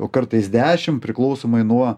o kartais dešim priklausomai nuo